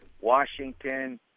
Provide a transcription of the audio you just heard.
Washington